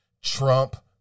Trump